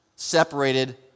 separated